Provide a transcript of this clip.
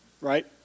Right